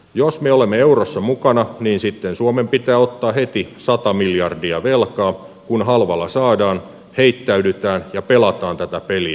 jos me olemme eurossa mukana niin sitten suomen pitää ottaa heti sata miljardia velkaa kun halvalla saadaan heittäydytään ja pelataan tätä peliä